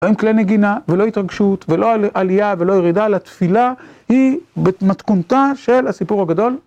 אין כלי נגינה ולא התרגשות ולא עלייה ולא ירידה לתפילה היא מתכונתה של הסיפור הגדול.